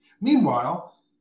Meanwhile